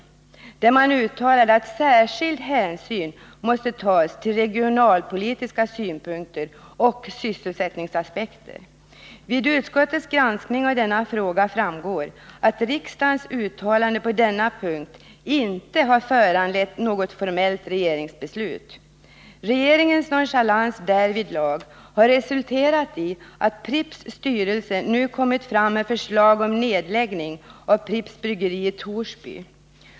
Man uttalade att särskild hänsyn måste tas till regionalpolitiska synpunkter och sysselsättningsaspekter. Vid utskottets granskning av denna fråga framgick att riksdagens uttalande på denna punkt inte föranlett något formellt regeringsbeslut. Regeringens nonchalans därvidlag har resulterat i att Pripps styrelse nu kommit fram med förslag om nedläggning av Pripps bryggeri i Torsby.